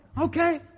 Okay